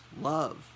love